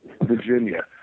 Virginia